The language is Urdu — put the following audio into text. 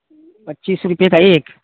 پچیس روپے کا ایکھ